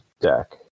deck